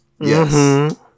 yes